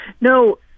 No